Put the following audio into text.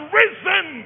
risen